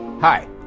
Hi